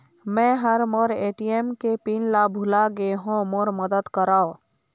मै ह मोर ए.टी.एम के पिन ला भुला गे हों मोर मदद करौ